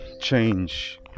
change